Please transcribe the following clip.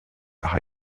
par